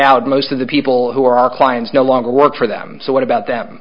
out most of the people who are our clients no longer work for them so what about them